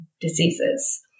diseases